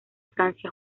francia